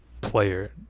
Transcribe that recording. player